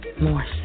more